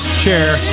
share